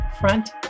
Front